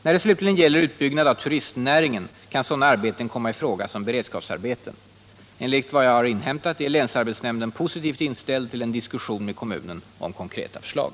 När det slutligen gäller utbyggnad av turistnäringen kan sådana arbeten komma i fråga som beredskapsarbeten. Enligt vad jag har inhämtat är länsarbetsnämnden positivt inställd till en diskussion med kommunen om konkreta förslag.